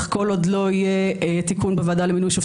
הכנתי ממש דיון ושיח מאוד מאוד מעמיק בסוגיה של "עומק הפער והגישה השונה